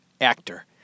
actor